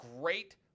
great